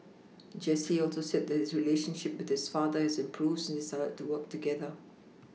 Jesse also said that his relationship with his father had improved since they started to work together